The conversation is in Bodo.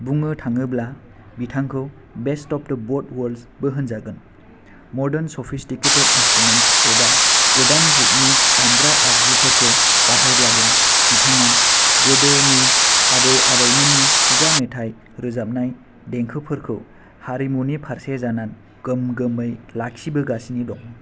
बुंनो थाङोब्ला बिथांखौ best of the both worlds बो होनजागोन मर्दान सफिसथिकेतेद इन्सथ्रुमेन्स एबा गोदान जुगनि दामग्रा आगजुफोरखौ बाहायब्लाबो बिथाङा गोदोनि आबौ आबैमोननि खुगा मेथाइ रोजाबनाय देंखोफोरखौ हारिमुनि फारसे जाना गोम गोमै लाखिबोगासिनो दं